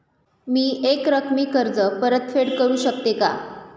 मी एकरकमी कर्ज परतफेड करू शकते का?